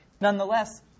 Nonetheless